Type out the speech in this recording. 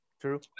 True